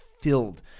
filled